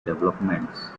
developments